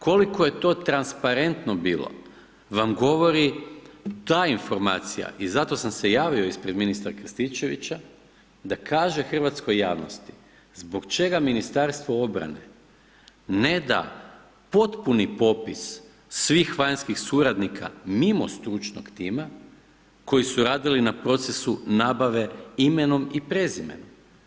Koliko je to transparentno bilo vam govori ta informacija i zato sam se javio ispred ministra Krstičevića da kaže hrvatskoj javnosti zbog čega Ministarstvo obrane ne da potpuni popis svih vanjskih suradnika mimo stručnog tima koji su radili na procesu nabave imenom i prezimenom.